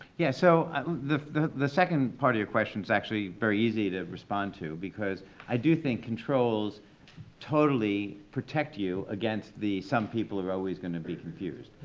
yeah so um the the second part of your question's actually very easy to respond to because i do think controls totally protect you against the some people are always gonna be confused.